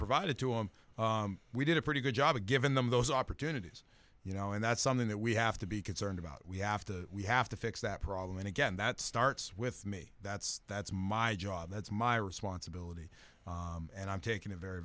provided to him we did a pretty good job given them those opportunities you know and that's something that we have to be concerned about we have to we have to fix that problem and again that starts with me that's that's my job that's my responsibility and i'm taking it very